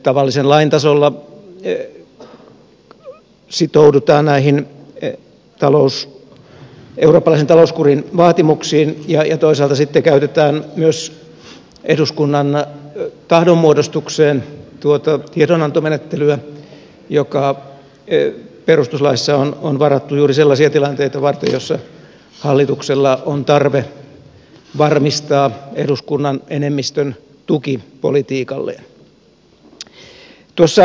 tavallisen lain tasolla sitoudutaan näihin eurooppalaisen talouskurin vaatimuksiin ja toisaalta sitten käytetään myös eduskunnan tahdonmuodostukseen tiedonantomenettelyä joka perustuslaissa on varattu juuri sellaisia tilanteita varten joissa hallituksella on tarve varmistaa eduskunnan enemmistön tuki politiikalleen